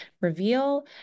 reveal